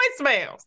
voicemails